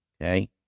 Okay